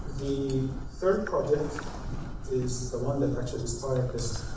the third project is the one that actually